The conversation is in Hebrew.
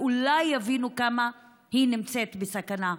שאולי יבינו כמה היא נמצאת בסכנה,